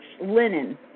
linen